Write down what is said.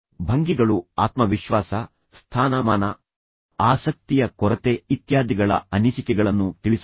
ಭಂಗಿಗಳು ಆತ್ಮವಿಶ್ವಾಸ ಸ್ಥಾನಮಾನ ಆಸಕ್ತಿಯ ಕೊರತೆ ಇತ್ಯಾದಿಗಳ ಅನಿಸಿಕೆಗಳನ್ನು ತಿಳಿಸುತ್ತವೆ